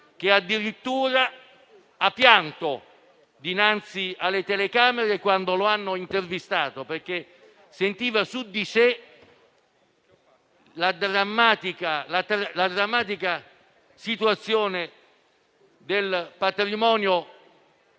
che addirittura ha pianto dinanzi alle telecamere quando lo hanno intervistato, perché sentiva su di sé la drammatica situazione del patrimonio